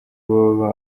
baba